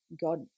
God